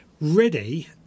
ready